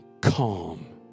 Calm